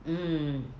mm